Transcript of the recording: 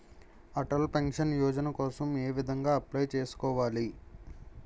Atal pension Yojana కోసం ఏ విధంగా అప్లయ్ చేసుకోవాలి?